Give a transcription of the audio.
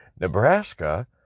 Nebraska